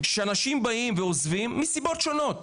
שאנשים באים ועוזבים מסיבות שונות,